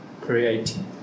creating